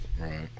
Right